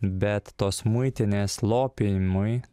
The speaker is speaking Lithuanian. bet tos muitinės slopinimui